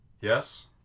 Yes